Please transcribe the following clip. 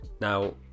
Now